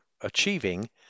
achieving